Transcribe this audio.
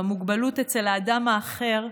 במוגבלות אצל האדם האחר,